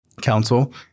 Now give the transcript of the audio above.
council